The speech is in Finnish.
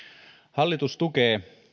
hallitus tukee